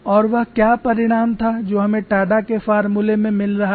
और वह क्या परिणाम था जो हमें टाडा के फॉर्मूले में मिल रहा था